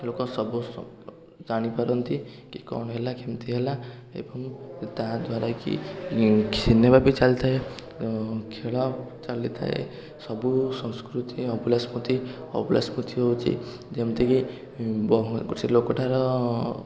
ଲୋକ ସବୁ ସ ଜାଣି ପାରନ୍ତି କି କ'ଣ ହେଲା କେମତି ହେଲା ଏବଂ ତା ଦ୍ୱାରା କି ସିନେମା ବି ଚାଲଥାଏ ଖେଳ ଚାଲିଥାଏ ସବୁ ସଂସ୍କୃତି ଅଭିଳାଷ ପ୍ରତି ଅଭିଳାଷ ପ୍ରତି ହେଉଛି ଯେମିତି କି ବହୁ ସେ ଲୋକଟାର